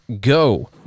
go